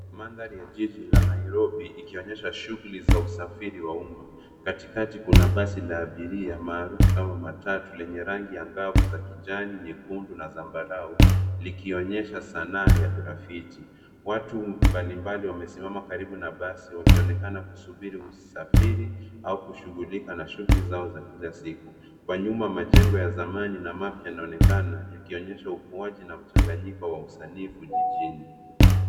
Mandhari ya jiji la Nairobi ikionyesha shughuli za usafiri wa umma. Katikati kuna basi la abiria, maarufu kama matatu lenye rangi angavu za kijani, nyekundu na zambarau, likionyesha sanaa ya grafiti. Watu mbalimbali wamesimama karibu na basi wakionekana kusubiri usafiri au kushughulika na shughuli zao za kila siku. Kwa nyuma majengo ya zamani na mapya yanaonekana yakionyesha ukuaji na mchanganyiko wa usanifu jijini.